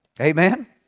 Amen